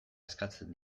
askatzen